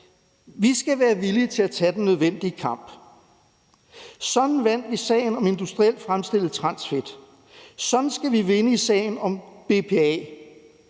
derimod være villige til at tage den nødvendige kamp. Sådan vandt vi i sagen om industrielt fremstillet transfedt. Sådan skal vi vinde i sagen om BPA.